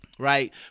Right